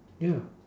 ya